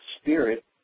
spirit